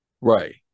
Right